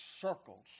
circles